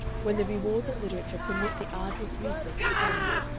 when the rewards of literature permit the arduous research required,